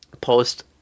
post